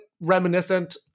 reminiscent